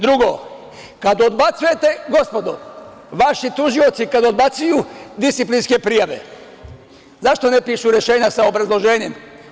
Drugo, kad odbacujete, gospodo, vaši tužioci kad odbacuju disciplinske prijave, zašto ne pišu rešenja sa obrazloženjem?